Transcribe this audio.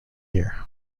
year